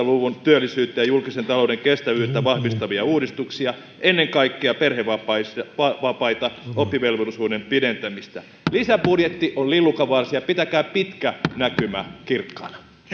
luvun työllisyyttä ja julkisen talouden kestävyyttä vahvistavia uudistuksia ennen kaikkea perhevapaita perhevapaita oppivelvollisuuden pidentämistä lisäbudjetti on lillukanvarsia pitäkää pitkä näkymä kirkkaana